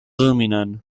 dominant